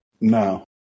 No